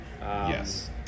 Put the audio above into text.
Yes